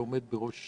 שעומד בראש